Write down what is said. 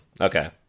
Okay